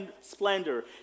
splendor